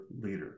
leader